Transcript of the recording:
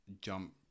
jump